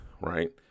right